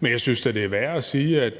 Men jeg synes da, det er værd at sige: